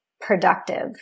productive